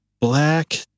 Black